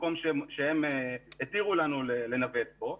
מקום שהתירו להם לנווט בו,